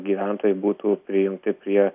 gyventojai būtų prijungti prie